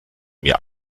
mir